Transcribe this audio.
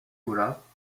colas